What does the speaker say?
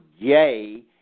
gay